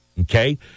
Okay